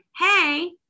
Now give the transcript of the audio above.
hey